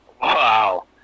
Wow